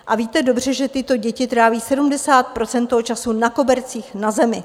A víte dobře, že tyto děti tráví 70 % toho času na kobercích na zemi.